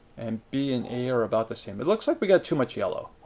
and b and a are about the same. it looks like we've got too much yellow.